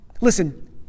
Listen